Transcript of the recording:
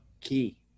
key